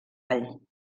all